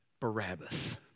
Barabbas